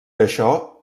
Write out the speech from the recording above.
això